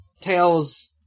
Tails